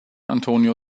antonio